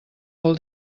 vol